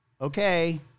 okay